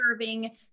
serving